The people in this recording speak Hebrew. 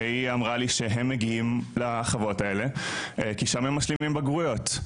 והיא אמרה לי שהם מגיעים לחוות האלה כי שם הם משלימים בגרויות,